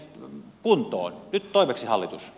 nyt toimeksi hallitus